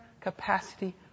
capacity